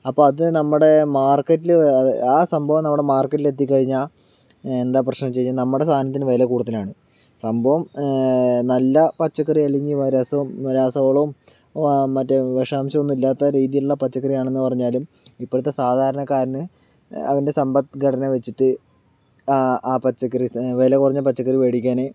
അപ്പോൾ അതു നമ്മുടെ മാർക്കറ്റിൽ ആ സംഭവം നമ്മുടെ മാർക്കറ്റിലെത്തിക്കഴിഞ്ഞാൽ എന്താ പ്രശ്നമെന്നു വച്ച് കഴിഞ്ഞാൽ നമ്മുടെ സാധനത്തിന് വില കൂടുതലാണ് സംഭവം നല്ല പച്ചക്കറി അല്ലെങ്കിൽ രസവും രാസവളവും മറ്റേ വിഷാംശമൊന്നും ഇല്ലാത്ത രീതീയിലുള്ള പച്ചക്കറിയാണെന്നു പറഞ്ഞാലും ഇപ്പോഴത്തെ സാധാരണക്കാരന് അതിൻ്റെ സമ്പത്ഘടന വച്ചിട്ട് ആ പച്ചക്കറീസ് വില കുറഞ്ഞ പച്ചക്കറി മേടിക്കാൻ